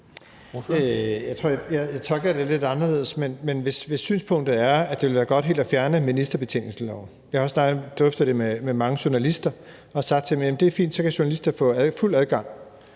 jeg tolker det lidt anderledes. Men hvis synspunktet er, at det vil være godt helt at fjerne ministerbetjeningsreglen, hvilket jeg også har drøftet med mange journalister, så har jeg sagt, at det er fint, så kan journalister få fuld adgang,